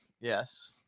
Yes